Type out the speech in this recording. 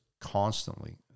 constantly